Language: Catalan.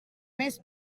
més